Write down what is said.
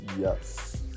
yes